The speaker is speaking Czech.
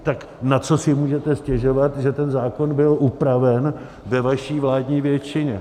Tak na co si můžete stěžovat, že ten zákon byl upraven ve vaší vládní většině.